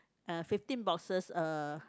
uh fifteen boxes uh